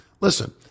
listen